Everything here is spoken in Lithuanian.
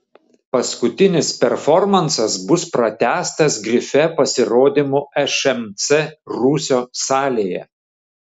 paskutinis performansas bus pratęstas grife pasirodymu šmc rūsio salėje